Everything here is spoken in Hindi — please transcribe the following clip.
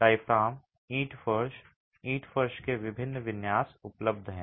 डायाफ्राम ईंट फर्श ईंट फर्श के विभिन्न विन्यास उपलब्ध हैं